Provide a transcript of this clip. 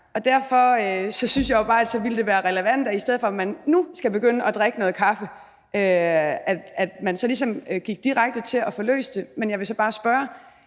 Derfor synes jeg bare, at det ville være relevant, at i stedet for at man nu skal begynde at drikke noget kaffe, gik man direkte til at få løst det. Men jeg vil så bare spørge: